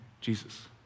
Jesus